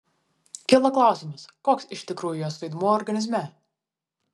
kilo klausimas koks iš tikrųjų jos vaidmuo organizme